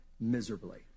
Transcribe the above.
miserably